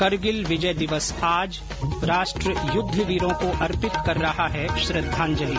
करगिल विजय दिवस आज राष्ट्र युद्ध वीरों को अर्पित कर रहा है श्रद्धांजलि